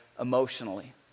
emotionally